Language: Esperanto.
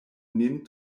nin